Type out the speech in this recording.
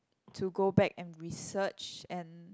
to go back and research and